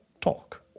talk